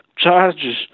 charges